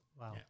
wow